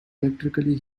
electrically